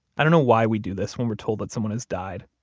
i don't know why we do this when we're told that someone has died.